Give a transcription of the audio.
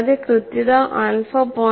കൂടാതെ കൃത്യത ആൽഫ0